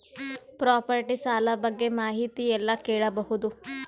Property ಸಾಲ ಬಗ್ಗೆ ಮಾಹಿತಿ ಎಲ್ಲ ಕೇಳಬಹುದು?